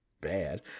bad